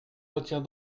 retire